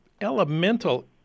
elemental